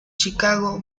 chicago